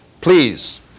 Please